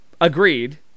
Agreed